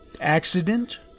accident